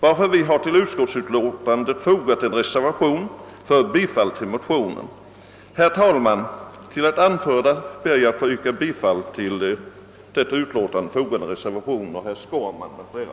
Därför har vi till utskottsutlåtandet fogat en reservation, som går ut på bifall till motionen. Herr talman! Med det anförda ber jag att få yrka bifall till reservationen av herr Skårman m.fl.